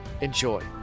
enjoy